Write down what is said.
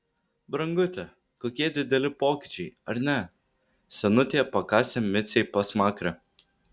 brangute kokie dideli pokyčiai ar ne senutė pakasė micei pasmakrę